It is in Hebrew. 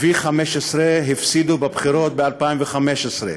V15 הפסידו בבחירות ב-2015.